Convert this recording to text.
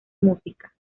música